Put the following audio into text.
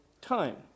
time